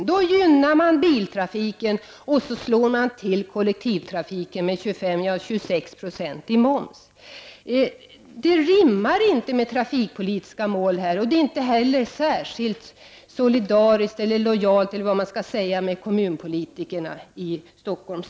Men här gynnar man biltrafiken och slår till mot kollektivtrafiken med en moms på 26 96. Detta rimmar dåligt med våra trafikpolitiska mål, och det är heller inte särskilt solidariskt eller lojalt mot kommunpolitikerna i Stockholm.